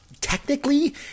Technically